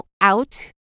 out